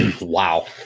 wow